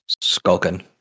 skulking